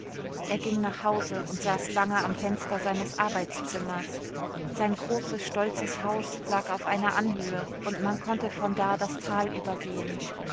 er ging nach hause und saß lange am fenster seines arbeitszimmers sein großes stolzes haus lag auf einer anhöhe und man konnte von da das tal übersehen